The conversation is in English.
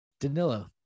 Danilo